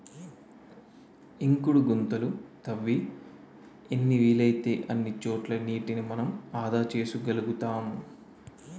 ఇంకుడు గుంతలు తవ్వి ఎన్ని వీలైతే అన్ని చోట్ల నీటిని మనం ఆదా చేసుకోగలుతాం